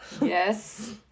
Yes